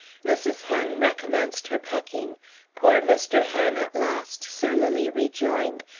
mrs. hen recommenced her pecking poor mr. hen at last surlily rejoined,